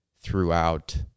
throughout